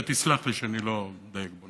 אתה תסלח לי שאני לא מדייק בו,